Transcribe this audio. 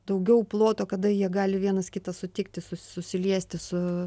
daugiau ploto kada jie gali vienas kitą sutikti su susiliesti su